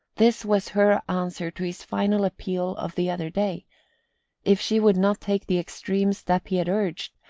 this was her answer to his final appeal of the other day if she would not take the extreme step he had urged,